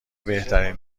بهترین